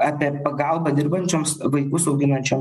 apie pagalbą dirbančioms vaikus auginančio